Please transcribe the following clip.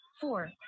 four